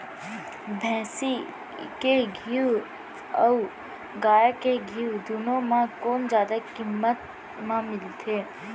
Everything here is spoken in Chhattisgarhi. भैंसी के घीव अऊ गाय के घीव दूनो म कोन जादा किम्मत म मिलथे?